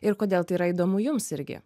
ir kodėl tai yra įdomu jums irgi